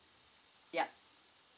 yup